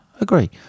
agree